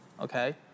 okay